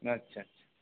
আচ্ছা আচ্ছা